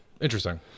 interesting